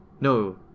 No